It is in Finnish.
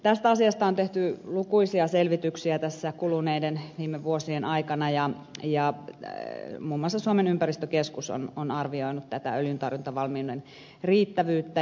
tästä asiasta on tehty lukuisia selvityksiä kuluneiden viime vuosien aikana ja muun muassa suomen ympäristökeskus on arvioinut tätä öljyntorjuntavalmiuden riittävyyttä